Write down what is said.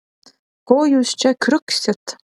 ko jūs čia kriuksit